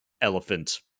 elephant